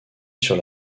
sur